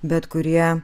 bet kurie